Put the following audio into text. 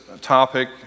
topic